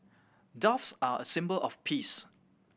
doves are a symbol of peace